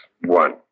one